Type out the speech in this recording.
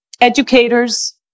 educators